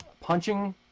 punching